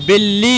بلی